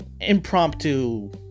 Impromptu